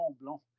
Blanc